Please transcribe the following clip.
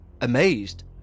Amazed